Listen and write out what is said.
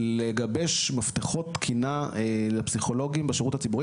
לגבש מפתחות תקינה לפסיכולוגים בשירות הציבורי.